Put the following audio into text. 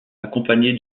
accompagnée